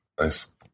Nice